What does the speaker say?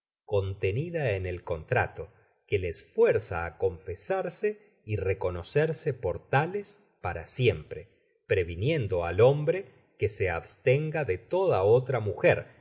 contenida eb el contrato que les fuerza á confesarse y reconocerse por tales para siempre previniendo al hombre que se abstenga de toda otra mujer